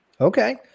Okay